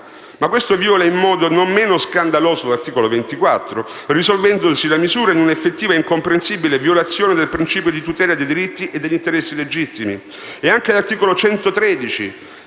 altresì, in modo non meno scandaloso, l'articolo 24 della Costituzione, risolvendosi la misura in un'effettiva e incomprensibile violazione del principio di tutela dei diritti e degli interessi legittimi.